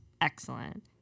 excellent